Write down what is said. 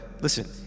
listen